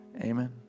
Amen